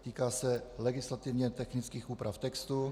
Týká se legislativně technických úprav textu.